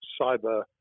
cyber